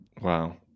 Wow